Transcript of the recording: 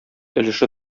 өлеше